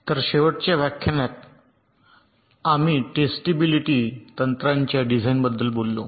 तर शेवटच्या व्याख्यानात आम्ही टेस्टिबिलिटी तंत्राच्या डिझाइनबद्दल बोललो